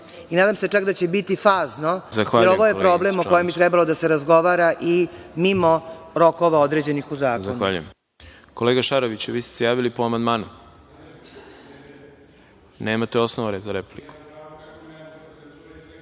Nadam se da će biti fazno i ovo je problem o kome bi trebalo da se razgovara i mimo rokova određenih u zakonu.